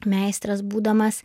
meistras būdamas